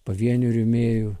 pavienių rėmėjų